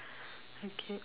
okay